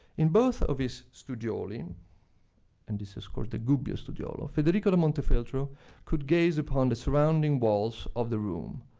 in both of his studioli and and this is, of course, the gubbio studiolo federico da montefeltro could gaze upon the surrounding walls of the room,